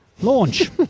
launch